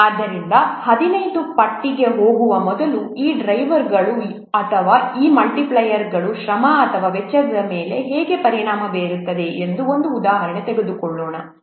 ಆದ್ದರಿಂದ 15 ಪಟ್ಟಿಗೆ ಹೋಗುವ ಮೊದಲು ಈ ಡ್ರೈವರ್ಗಳು ಅಥವಾ ಈ ಮಲ್ಟಿಪ್ಲೈಯರ್ಗಳು ಶ್ರಮ ಅಥವಾ ವೆಚ್ಚದ ಮೇಲೆ ಹೇಗೆ ಪರಿಣಾಮ ಬೀರುತ್ತವೆ ಎಂಬುದಕ್ಕೆ ಒಂದು ಉದಾಹರಣೆಯನ್ನು ತೆಗೆದುಕೊಳ್ಳೋಣ